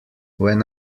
when